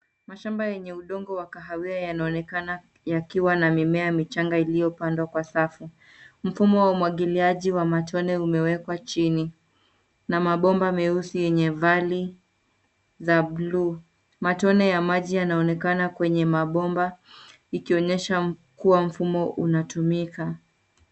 Mashamba yenye udongo wa kahawia yanaonekana yakiwa na mimea michnga iliyopandwa kwa safu. Mfumo wa umwagiliaji wa matone umewekwa chini, na mabomba meusi yenye vali za blue . Matone ya maji yanaonekana kwenye mabomba ikionyesha kuwa mfumo unatumika.